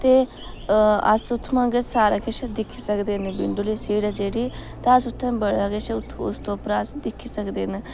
ते अस उत्थुआं अग्गें सारा किश दिक्खी सकदे विंडो आह्ली सीट ऐ जेह्ड़ी ते अस उत्थुं बड़ा किश उस दे उप्परा अस दिक्खी सकदे न